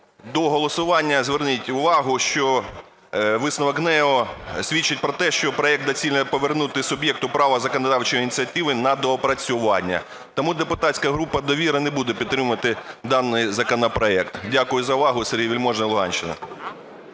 до голосування зверніть увагу, що висновок ГНЕУ свідчить про те, що проект доцільно повернути суб'єкту права законодавчої ініціативи на доопрацювання. Тому депутатська група "Довіра" не буде підтримувати даний законопроект. Дякую за увагу. Сергій Вельможний, Луганщина.